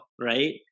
Right